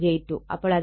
അപ്പോൾ അതിനർത്ഥം RL 2